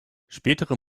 spätere